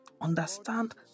Understand